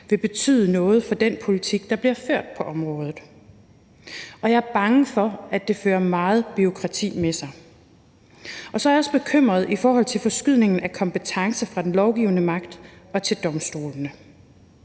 vil betyde noget for den politik, der bliver ført på området. Og jeg er bange for, at det føret meget bureaukrati med sig. Og så er jeg også bekymret i forhold til forskydningen af kompetence fra den lovgivende magt og til domstolene.